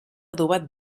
adobat